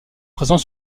présent